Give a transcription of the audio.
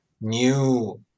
new